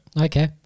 Okay